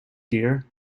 dear